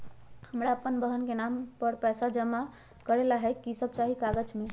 हमरा अपन बहन के नाम पर पैसा जमा करे ला कि सब चाहि कागज मे?